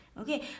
okay